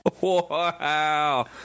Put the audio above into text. Wow